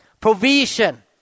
provision